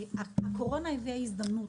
הקורונה הביאה הזדמנות,